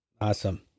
awesome